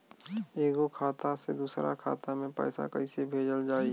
एगो खाता से दूसरा खाता मे पैसा कइसे भेजल जाई?